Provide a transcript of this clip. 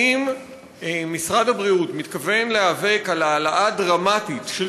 האם משרד הבריאות מתכוון להיאבק על העלאה דרמטית של